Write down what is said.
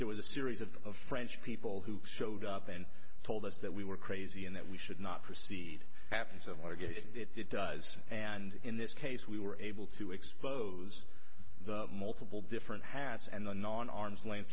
there was a series of french people who showed up and told us that we were crazy and that we should not proceed happens a lot of good it does and in this case we were able to expose the multiple different hats and the non arm's length